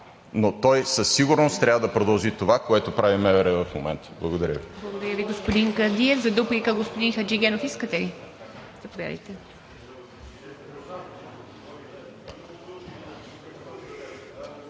но той със сигурност трябва да продължи това, което прави МВР в момента. Благодаря Ви.